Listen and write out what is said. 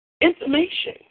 information